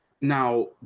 Now